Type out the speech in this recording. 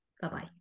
Bye-bye